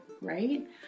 right